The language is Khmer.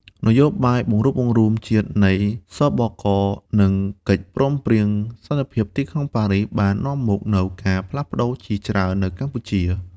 នយោបាយបង្រួបបង្រួមជាតិនៃ ស.ប.ក. និងកិច្ចព្រមព្រៀងសន្តិភាពទីក្រុងប៉ារីស បាននាំមកនូវការផ្លាស់ប្តូរជាច្រើននៅកម្ពុជា។